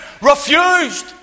Refused